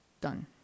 done